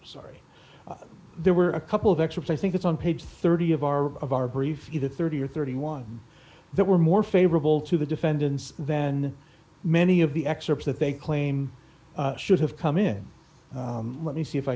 sorry there were a couple of excerpts i think it's on page thirty of our of our brief either thirty or thirty one dollars that were more favorable to the defendants than many of the excerpts that they claim should have come in let me see if i